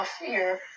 fear